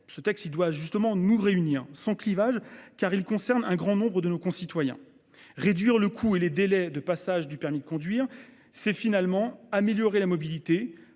de loi, qui doit nous réunir, sans clivage, car elle concerne un grand nombre de nos concitoyens. Réduire le coût et les délais de passage du permis de conduire, c'est finalement améliorer la mobilité,